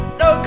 no